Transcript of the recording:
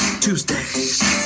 Tuesday